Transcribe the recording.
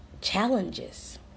challenges